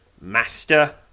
Master